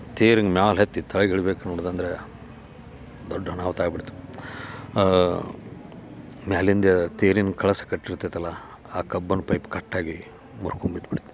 ತೇರು ಮ್ಯಾಲೆ ಹತ್ತಿ ತಳಗೆ ಇಳಿಬೇಕು ನೋಡ್ದ್ನ ಅಂದ್ರೆ ದೊಡ್ಡ ಅನಾಹುತ ಆಗಿಬಿಡ್ತು ಮೇಲಿಂದ ತೇರಿನ ಕಳಸ ಕಟ್ಟಿರ್ತೈತಲ್ಲ ಆ ಕಬ್ಬನ್ನ ಪೈಪ್ ಕಟ್ಟಾಗಿ ಮುರ್ಕೊಂಬಿದ್ಬಿಡ್ತು